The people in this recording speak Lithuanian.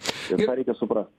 ir tą reikia suprasti